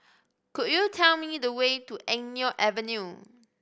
could you tell me the way to Eng Neo Avenue